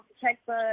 checkbook